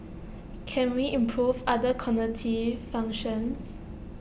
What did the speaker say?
can we improve other cognitive functions